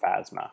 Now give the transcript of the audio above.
Phasma